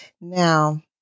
Now